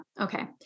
Okay